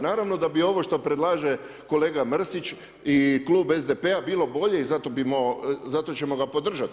Naravno da bi ovo što predlaže kolega Mrsić i Klub SDP-a bilo bolje i zato ćemo ga podržati.